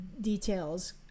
details